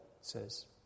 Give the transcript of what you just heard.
says